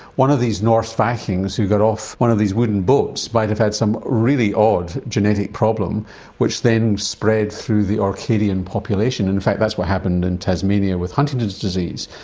one of these norse vikings who got off one of these wooden boats might have had some really odd genetic problem which then spread through the orcadian population. in fact that's what happened in tasmania with huntington's disease.